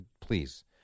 Please